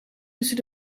tussen